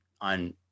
on